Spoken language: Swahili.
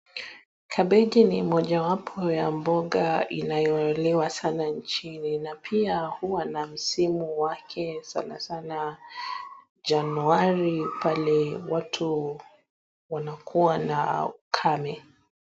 Kabeji ni mojawapo ya mboga inayoliwa sana nchini na pia huwa na msimu wake sanasana Januari pale watu wanakuwa na ukame.